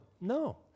No